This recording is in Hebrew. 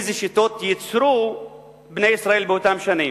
איזה שיטות ייצרו בני ישראל באותן שנים?